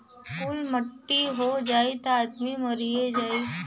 कुल मट्टी हो जाई त आदमी मरिए जाई